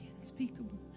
unspeakable